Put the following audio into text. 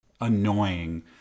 annoying